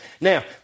Now